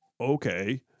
Okay